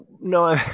No